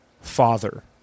father